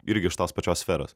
irgi iš tos pačios sferos